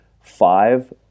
five